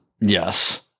Yes